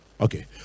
Okay